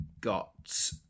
got